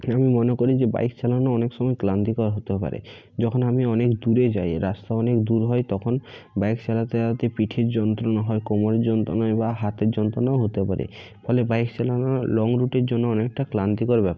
আমি মনে করি যে বাইক চালানো অনেক সময় ক্লান্তিকর হতেও পারে যখন আমি অনেক দূরে যাই রাস্তা অনেক দূর হয় তখন বাইক চালাতে চালাতে পিঠের যন্ত্রণা হয় কোমর যন্ত্রণা বা হাতের যন্ত্রণাও হতে পারে ফলে বাইক চালানো লং রুটের জন্য অনেকটা ক্লান্তিকর ব্যাপার